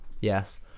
Yes